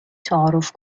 تعارف